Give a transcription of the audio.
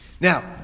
Now